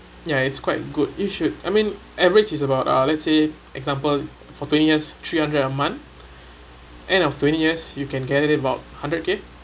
ya it's quite good you should I mean average is about let's say example for twenty years three hundred a month end of twenty years you can get it about hundred K